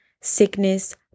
sickness